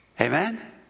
Amen